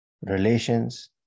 relations